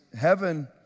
heaven